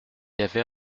avait